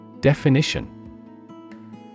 Definition